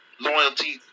loyalty